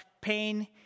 pain